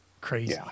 Crazy